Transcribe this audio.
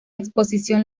exposición